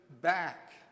back